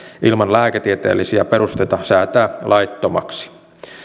ilman lääketieteellisiä perusteita säätää laittomaksi